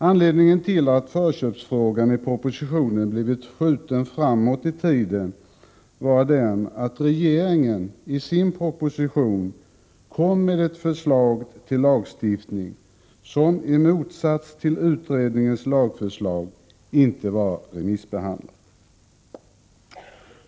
Anledningen till att förköpsfrågan i propositionen blev skjuten framåt i tiden var den att regeringen i sin proposition kom med ett förslag till lagstiftning som — i motsats till utredningens lagförslag — inte varit ute på remiss.